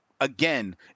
again